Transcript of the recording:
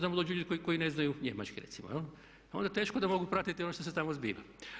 Tamo dođu ljudi koji ne znaju Njemački recimo, onda teško da mogu pratiti ono što se tamo zbiva.